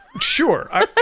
Sure